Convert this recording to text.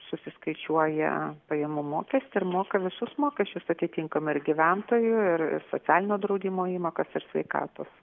susiskaičiuoja pajamų mokestį ir moka visus mokesčius atitinkamai ir gyventojų ir socialinio draudimo įmokas ir sveikatos